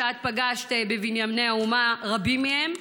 שאת פגשת בבנייני האומה רבים מהם.